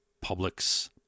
public's